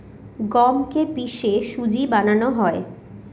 গমকে কে পিষে সুজি বানানো হয়